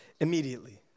immediately